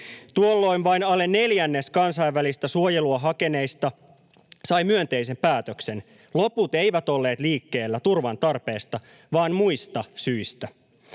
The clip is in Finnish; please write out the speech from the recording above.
Tuolloin vain alle neljännes kansainvälistä suojelua hakeneista sai myönteisen päätöksen. Loput eivät olleet liikkeellä turvan tarpeesta, vaan muista syistä.